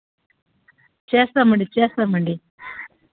చేస్తామండి చేస్తామండి